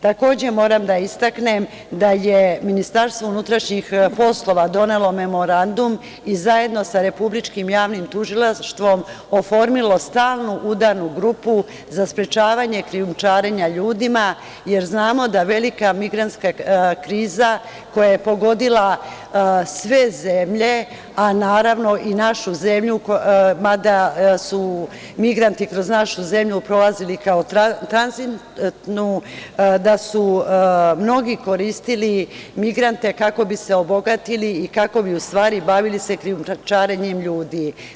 Takođe, moram da istaknem da je MUP donelo Memorandum zajedno sa Republičkim javnim tužilaštvom oformilo stalnu udarnu grupu za sprečavanje krijumčarenja ljudima jer znamo da velika migrantska kriza koja je pogodila sve zemlje, a naravno i našu zemlju, mada su migranti kroz našu zemlju prolazili kao tranzitnu, da su mnogi koristili migrante kako bi se obogatili, i kako bi u stvari se bavili krijumčarenjem ljudi.